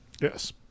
Yes